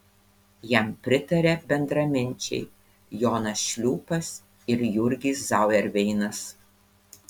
jam pritarė bendraminčiai jonas šliūpas ir jurgis zauerveinas